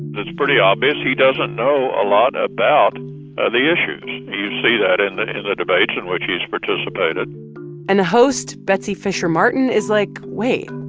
it's pretty obvious he doesn't know a lot about the issues. you see that and that in the debates in which he's participated and the host, betsy fischer martin, is like, wait,